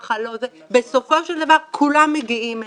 בסופו של דבר כולם מגיעים אלינו,